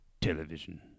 television